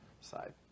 side